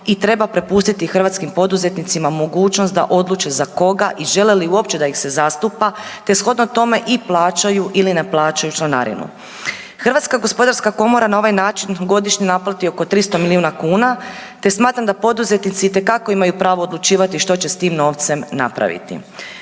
i treba prepustiti hrvatskim poduzetnicima mogućnost da odluče za koga i žele li uopće da ih se zastupa te shodno tome i plaćaju ili ne plaćaju članarinu. HGK na ovaj način godišnje naplati oko 300 milijuna kuna te smatram da poduzetnici itekako imaju pravo odlučivati što će s tim novcem napraviti.